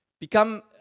become